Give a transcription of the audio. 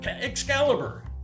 Excalibur